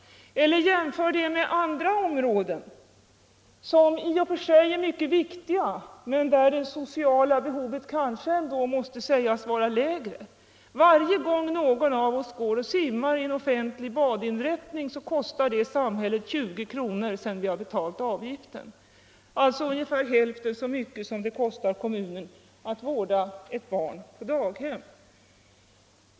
Eller jämför den med kostnaderna för andra områden, som i och för sig är mycket viktiga men där det sociala behovet kanske ändå måste sägas vara lägre! Varje gång någon av oss går och simmar i en offentlig badinrättning kostar det samhället 20 kr. sedan vi har betalat avgiften, alltså ungefär hälften så mycket som det kostar kommunen att vårda ett barn på daghem.